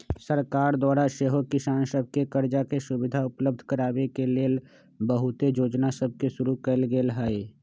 सरकार द्वारा सेहो किसान सभके करजा के सुभिधा उपलब्ध कराबे के लेल बहुते जोजना सभके शुरु कएल गेल हइ